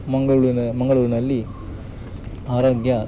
ಮಂಗಳೂರಿನ ಮಂಗಳೂರಿನಲ್ಲಿ ಆರೋಗ್ಯ